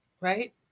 right